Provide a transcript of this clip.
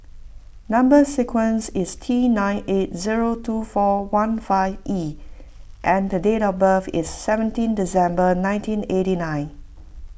Number Sequence is T nine eight zero two four one five E and date of birth is seventeen December nineteen eighty nine